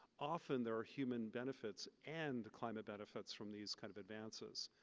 often there are human benefits and climate benefits from these kind of advances.